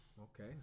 Okay